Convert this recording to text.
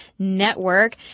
network